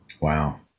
wow